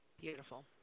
Beautiful